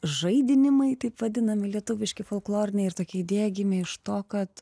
žaidinimai taip vadinami lietuviški folkloriniai ir tokia idėja gimė iš to kad